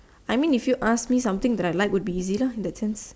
I mean if you ask me something I like would be easy lah in that sense